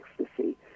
ecstasy